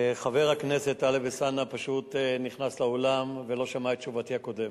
חבר הכנסת טלב אלסאנע נכנס לאולם ולא שמע את תשובתי הקודמת.